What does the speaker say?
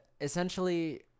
essentially